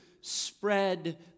spread